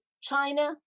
China